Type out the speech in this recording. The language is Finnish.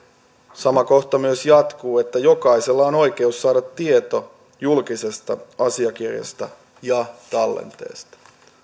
sama kohta myös jatkuu jokaisella on oikeus saada tieto julkisesta asiakirjasta ja tallenteesta